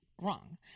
wrong